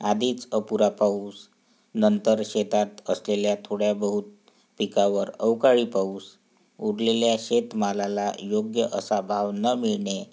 आधीच अपुरा पाऊस नंतर शेतात असलेल्या थोड्या बहुत पिकावर अवकाळी पाऊस उरलेल्या शेतमालाला योग्य असा भाव न मिळणे